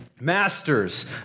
masters